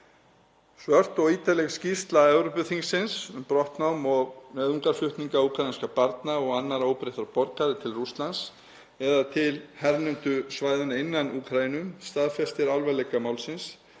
Svört og ítarleg skýrsla Evrópuþingsins um brottnám og nauðungarflutninga úkraínskra barna og annarra óbreyttra borgara til Rússlands eða til hernumdu svæðanna innan Úkraínu staðfestir alvarleika málsins